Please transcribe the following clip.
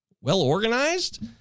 well-organized